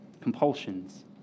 compulsions